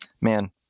man